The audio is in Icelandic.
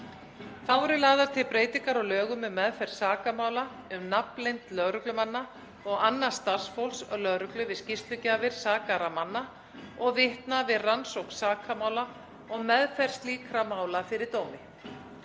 Þá eru lagðar til breytingar á lögum um meðferð sakamála um nafnleynd lögreglumanna og annars starfsfólks lögreglu við skýrslugjafir sakaðra manna og vitna við rannsókn sakamála og meðferð slíkra mála fyrir dómi.